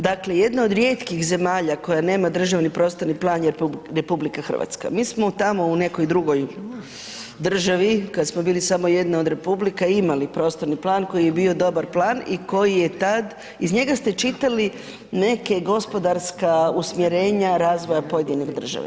Dakle, jedna od rijetkih zemalja koja nema državni prostorni plan je RH, mi smo tamo u nekoj drugoj državi, kad smo bili samo jedna od republika, imali prostorni plan koji je bio dobar plan i koji je tad, iz njega ste čitali neke gospodarska usmjerenja razvoja pojedine države.